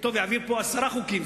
אילטוב יעביר פה עשרה חוקים.